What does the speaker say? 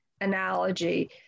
analogy